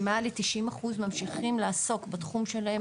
ומעל ל-90% ממשיכים לעסוק בתחום שלהם,